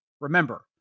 remember